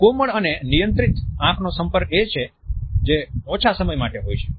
કોમળ અને નિયંત્રિત આંખોનો સંપર્ક એ ઓછા સમય માટે હોય છે